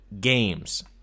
games